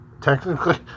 technically